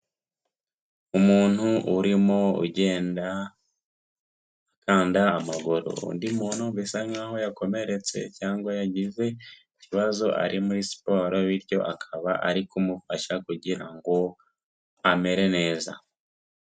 Umuntu urimo ugenda akanda amaguru, undi muntu bisa nkaho yakomeretse cyangwa yagize ikibazo, ari muri siporo bityo akaba ari kumufasha kugirango amere neza.